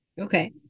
Okay